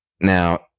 Now